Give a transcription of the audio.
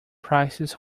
prices